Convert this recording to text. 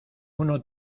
uno